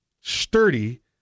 sturdy